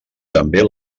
també